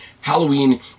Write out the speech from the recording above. Halloween